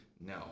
No